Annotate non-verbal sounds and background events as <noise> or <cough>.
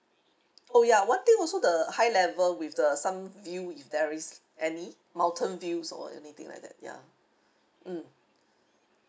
oh ya one thing also the high level with the sun view if there is any mountain views or anything like that ya mm <breath>